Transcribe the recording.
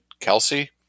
Kelsey